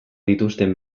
dituzten